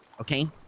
okay